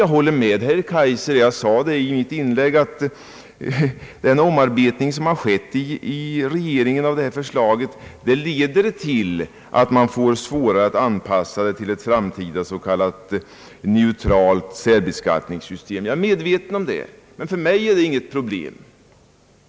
Jag håller med herr Kaijser om — det framgick också av mitt tidigare inlägg — att den omarbetning av förslaget som skett inom regeringen leder till att man får svårare att anpassa det till ett framtida s.k. neutralt särbeskattningssystem. För mig är detta emellertid inget problem.